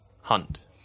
Hunt